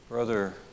Brother